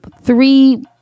three